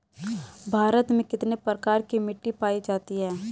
भारत में कितने प्रकार की मिट्टी पाई जाती हैं?